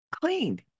cleaned